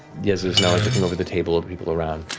yeza's now like looking over the table of the people around.